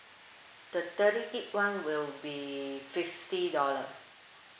the thirty gig one will be fifty dollar